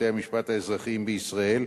בבתי-המשפט האזרחיים בישראל,